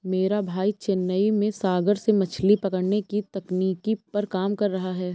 मेरा भाई चेन्नई में सागर से मछली पकड़ने की तकनीक पर काम कर रहा है